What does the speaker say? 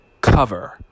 cover